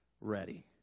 ready